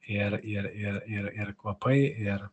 ir ir ir ir ir kvapai ir